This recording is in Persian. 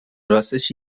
راستش